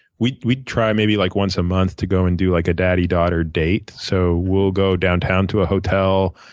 we'd we'd try maybe like once a month to go and do like a daddy daughter date. so we'll go downtown to a hotel.